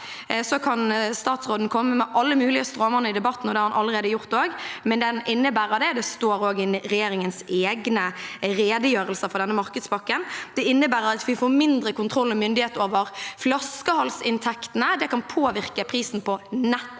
statsråden komme med alle mulige stråmenn i debatten, og det har han også allerede gjort, men den innebærer det. Det står også i regjeringens egne redegjørelser om denne markedspakken. Den innebærer at vi får mindre kontroll og myndighet over flaskehalsinntektene. Det kan påvirke prisen på nettleien